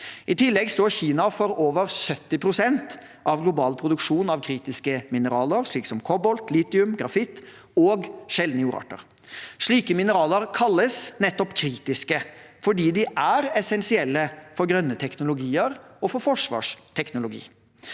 I tillegg står Kina for over 70 pst. av global produksjon av kritiske mineraler, som kobolt, litium, grafitt og sjeldne jordarter. Slike mineraler kalles nettopp kritiske fordi de er essensielle for grønne teknologier og forsvarsteknologi.